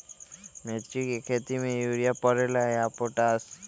मिर्ची के खेती में यूरिया परेला या पोटाश?